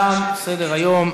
תם סדר-היום.